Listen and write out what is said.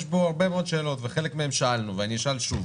יש בו הרבה מאוד שאלות וחלק מהן שאלנו ואני אשאל שוב.